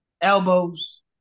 elbows